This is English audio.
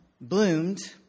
bloomed